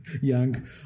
young